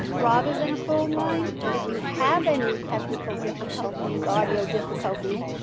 rather than a phone line. if you have any technical difficulties, audio difficulties,